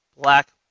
black